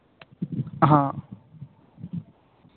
हाँ